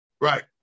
Right